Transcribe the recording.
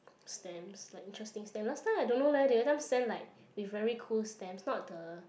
stamps like interesting stamps last time I don't know leh they will just send like the very cool stamps not the